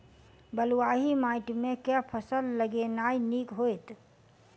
बलुआही माटि मे केँ फसल लगेनाइ नीक होइत?